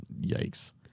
Yikes